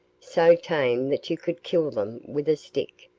so tame that you could kill them with a stick,